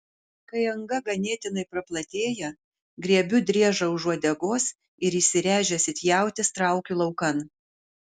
kai anga ganėtinai praplatėja griebiu driežą už uodegos ir įsiręžęs it jautis traukiu laukan